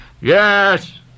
Yes